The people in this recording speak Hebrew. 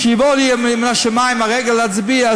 כשיבוא לי מהשמים הרגע להצביע,